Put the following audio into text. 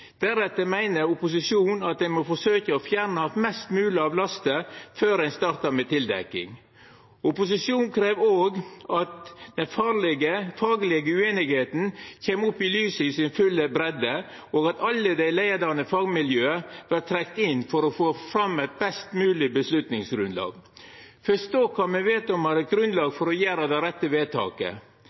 Deretter meiner opposisjonen at ein må forsøkja å fjerna mest mogleg av lasten før ein startar med tildekking. Opposisjonen krev òg at den faglege usemja kjem opp i lyset i si fulle breidde, og at alle dei leiande fagmiljøa vert trekte inn for å få fram eit best mogleg vedtaksgrunnlag. Fyrst då kan me veta om me har eit grunnlag for å gjera det rette vedtaket.